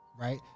right